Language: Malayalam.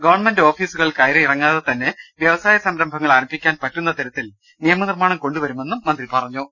ഗവൺമെന്റ് ഓഫീ സുകൾ കയറിയിറങ്ങാതെ തന്നെ വ്യവസായ സംരംഭങ്ങൾ ആരംഭിക്കാൻ പറ്റുന്ന തരത്തിൽ നിയമനിർമ്മാണം കൊണ്ടുവരുമെന്നും മന്ത്രി പറഞ്ഞു